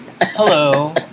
hello